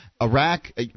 Iraq